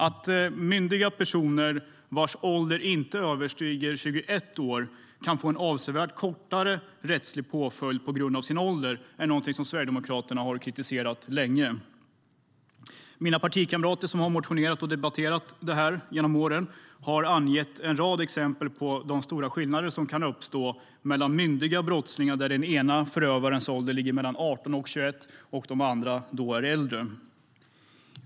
Att myndiga personer vars ålder inte överstiger 21 år kan få en avsevärt kortare rättslig påföljd på grund av sin ålder är någonting som Sverigedemokraterna har kritiserat länge. Mina partikamrater som har motionerat och debatterat detta genom åren har angett en rad exempel på de stora skillnader som kan uppstå mellan myndiga brottslingar där den ena förövarens ålder ligger mellan 18 och 21 och de andra är äldre.